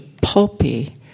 pulpy